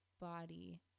body